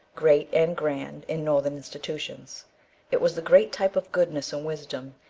great, and grand in northern institutions it was the great type of goodness and wisdom,